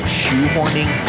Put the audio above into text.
shoehorning